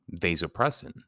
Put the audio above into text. vasopressin